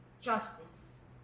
justice